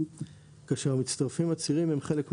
כאשר המצטרפים הצעירים הם חלק מהעשייה.